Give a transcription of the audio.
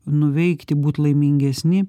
nuveikti būt laimingesni